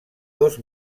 dos